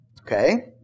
Okay